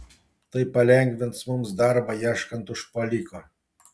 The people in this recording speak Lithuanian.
tai palengvins mums darbą ieškant užpuoliko